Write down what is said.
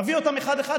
תביא אותם אחד-אחד,